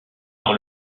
par